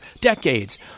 decades